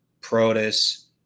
Protus